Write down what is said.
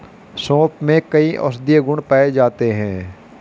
सोंफ में कई औषधीय गुण पाए जाते हैं